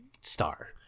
star